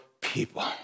people